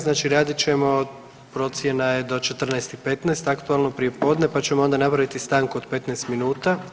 Znači radit ćemo procjena je do 14 i 15 aktualno prijepodne, pa ćemo onda napraviti stanku od 15 minuta.